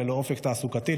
ללא אופק תעסוקתי,